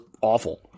awful